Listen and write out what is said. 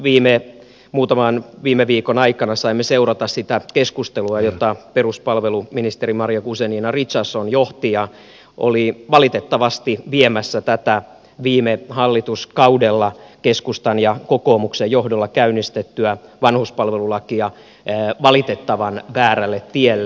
huolestuneina muutaman viime viikon aikana saimme seurata sitä keskustelua jota peruspalveluministeri maria guzenina richardson johti ja joka oli valitettavasti viemässä tätä viime hallituskaudella keskustan ja kokoomuksen johdolla käynnistettyä vanhuspalvelulakia valitettavan väärälle tielle